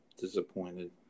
disappointed